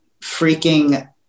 freaking